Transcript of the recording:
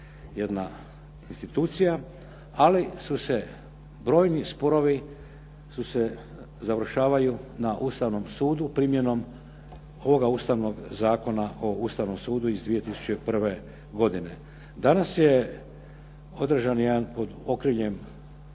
jedna institucija, ali brojni sporovi završavaju na Ustavnom sudu primjenom ovoga Ustavnog zakona o Ustavnom sudu iz 2001. godine. Danas je održan jedan, pod okriljem